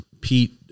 Pete